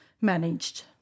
managed